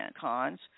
cons